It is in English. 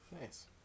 Nice